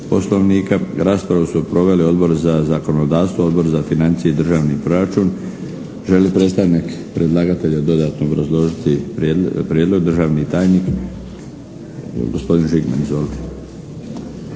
Raspravu su proveli Odbor za zakonodavstvo, Odbor za financije i državni proračun. Želi li predstavnik predlagatelja dodatno obrazložiti prijedlog? Državni tajnik, gospodin Žigman.